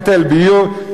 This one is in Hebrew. היטל ביוב,